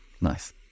Nice